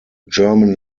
german